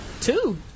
Two